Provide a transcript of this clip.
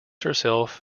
herself